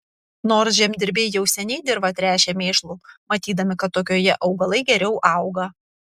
nors žemdirbiai jau seniai dirvą tręšė mėšlu matydami kad tokioje augalai geriau auga